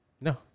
No